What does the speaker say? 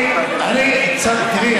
תראי,